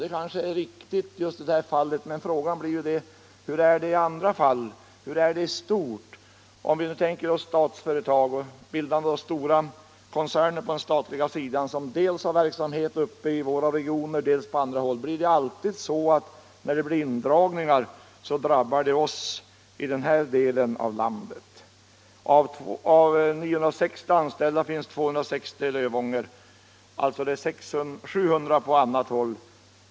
Det är kanske riktigt i det här speciella fallet, men jag vill fråga hur man gör i andra fall, hur man i stort förfar i sådana här lägen. Är det alltid så att indragningar inom stora statliga koncerner, som har verksamhet både uppe i norr och på andra håll, skall fn drabba oss i den här delen av landet? Av 960 anställda finns 260 i Lövånger — det finns alltså 700 på annat håll.